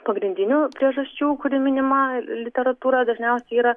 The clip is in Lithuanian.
pagrindinių priežasčių kuri minima literatūroje dažniausiai yra